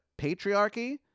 patriarchy